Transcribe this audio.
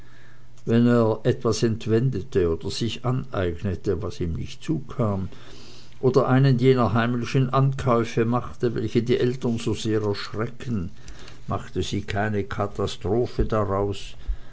wenn er etwas entwendete oder sich aneignete was ihm nicht zukam oder einen jener heimlichen ankäufe machte welche die eltern so sehr erschrecken machte sie keine katastrophe daraus